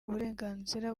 uburenganzira